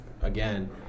again